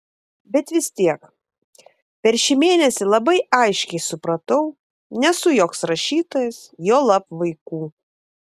bet vis tiek per šį mėnesį labai aiškiai supratau nesu joks rašytojas juolab vaikų